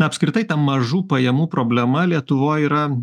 apskritai ta mažų pajamų problema lietuvoj yra